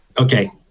Okay